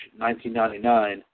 1999